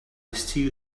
still